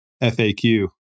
FAQ